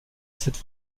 cette